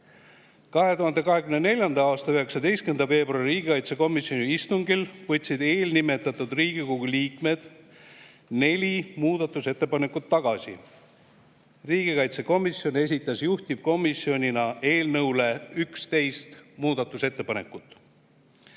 2024. aasta 19. veebruari riigikaitsekomisjoni istungil võtsid eelnimetatud Riigikogu liikmed neli muudatusettepanekut tagasi. Riigikaitsekomisjon esitas juhtivkomisjonina eelnõu kohta 11 muudatusettepanekut.